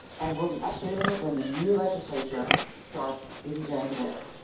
and we'll be updating it when the new legislature starts in january.